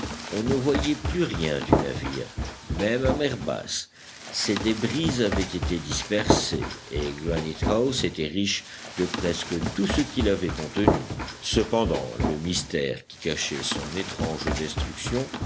on ne voyait plus rien du navire même à mer basse ses débris avaient été dispersés et granite house était riche de presque tout ce qu'il avait contenu cependant le mystère qui cachait son étrange destruction